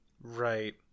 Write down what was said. Right